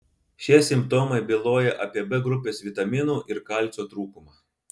šie simptomai byloja apie b grupės vitaminų ir kalcio trūkumą